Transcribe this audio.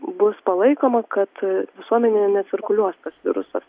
bus palaikoma kad visuomenėje necirkuliuos tas virusas